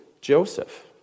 Joseph